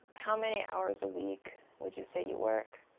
how many hours a week would you say you work?